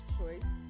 choice